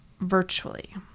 virtually